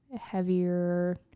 heavier